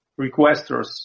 requesters